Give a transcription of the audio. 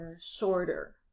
shorter